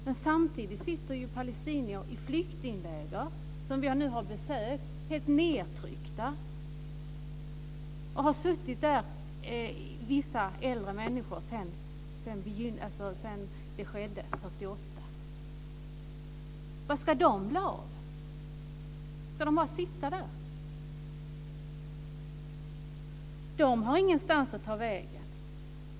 Men samtidigt sitter palestinier i flyktingläger, som vi har besökt. De är helt nedtryckta. En del äldre har suttit där sedan år 1948. Vad ska bli av dem? Ska de bara sitta där? De har ju ingenstans att ta vägen.